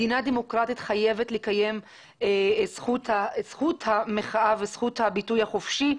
מדינה דמוקרטית חייבת לקיים את זכות המחאה וזכות הביטוי החופשי.